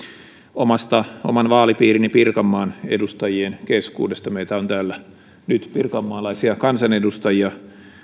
oman vaalipiirini pirkanmaan edustajien keskuudesta meitä pirkanmaalaisia kansanedustajia on täällä nyt